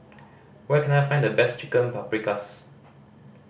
where can I find the best Chicken Paprikas